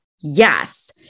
Yes